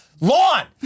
lawn